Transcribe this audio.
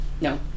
No